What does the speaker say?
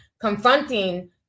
confronting